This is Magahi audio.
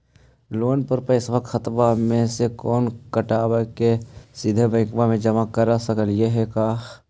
लोन के पैसा खाता मे से न कटवा के सिधे बैंक में जमा कर सकली हे का?